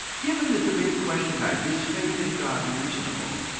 given the debate question tonight, is faith in god reasonable,